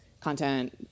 content